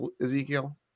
Ezekiel